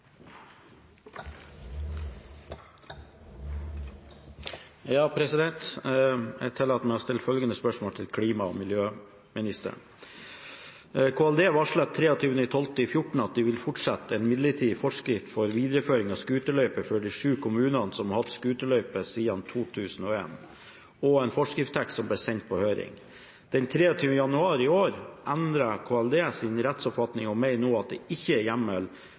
og miljødepartementet varslet 23. desember 2014 at de ville fastsette en midlertidig forskrift for videreføring av skuterløyper for de syv kommunene som har hatt skuterløyper siden 2001, og en forskriftstekst ble sendt på høring. Den 23. januar i år endret KLD sin rettsoppfatning og mener nå at det ikke er hjemmel